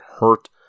hurt